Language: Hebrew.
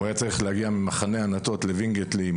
הוא היה צריך להגיע ממחנה ענתות לאימונים